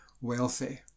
wealthy